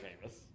famous